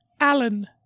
Alan